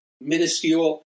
minuscule